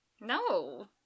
No